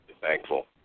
thankful